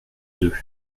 deux